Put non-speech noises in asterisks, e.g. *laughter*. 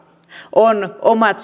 on omat *unintelligible*